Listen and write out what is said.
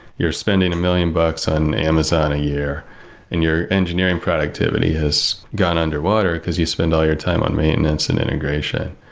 you're spending a million bucks on amazon a year and your engineering productivity has gone under water because you spend all your time on maintenance and integration.